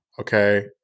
Okay